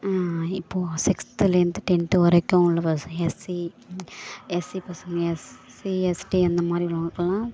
இப்போ சிக்ஸ்த்துலேருந்து டென்த்து வரைக்கும் உள்ள பசங்க எஸ்சி எஸ்சி பசங்க எஸ்சி எஸ்டி அந்தமாதிரி உள்ளவங்களுக்கெல்லாம்